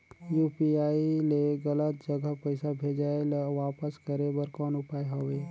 UPI ले गलत जगह पईसा भेजाय ल वापस करे बर कौन उपाय हवय?